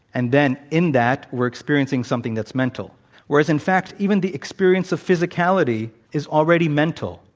and then in that, we're experiencing something that's mental whereas, in fact, even the experience of physicality is already mental.